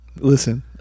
listen